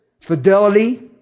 fidelity